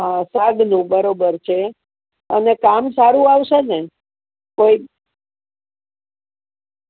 હા સાગનું બરાબર છે અને કામ સારું આવશે ને કોઈ